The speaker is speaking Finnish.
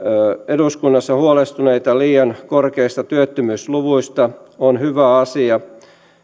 eduskunnassa huolestuneita liian korkeista työttömyysluvuista on hyvä asia